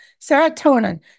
Serotonin